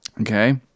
Okay